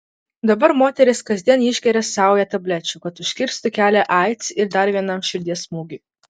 dabar moteris kasdien išgeria saują tablečių kad užkirstų kelią aids ir dar vienam širdies smūgiui